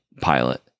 pilot